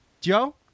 joe